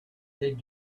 did